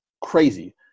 crazy